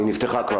היא נפתחה כבר.